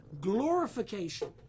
glorification